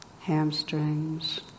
hamstrings